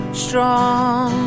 strong